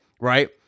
right